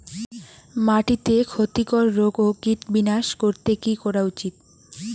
মাটিতে ক্ষতি কর রোগ ও কীট বিনাশ করতে কি করা উচিৎ?